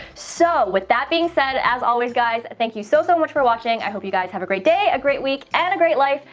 so with that being said, as always, guys, thank you so, so much for watching. i hope you guys have a great day, a great week, and a great life,